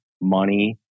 money